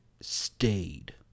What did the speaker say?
stayed